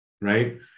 right